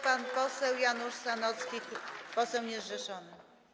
Pan poseł Janusz Sanocki, poseł niezrzeszony.